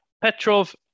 Petrov